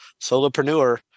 solopreneur